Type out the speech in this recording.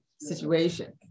situation